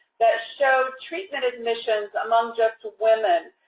that show treatment admissions among just women.